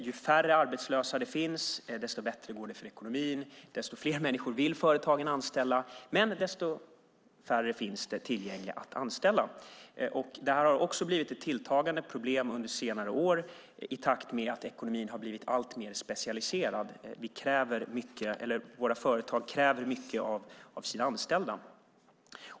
Ju färre arbetslösa det finns desto bättre går det för ekonomin, desto fler människor vill företagen anställa, men desto färre finns det tillgängliga att anställa. Detta har också blivit ett tilltagande problem under senare år i takt med att ekonomin har blivit alltmer specialiserad: Våra företag kräver mycket av sina anställda.